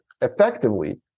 effectively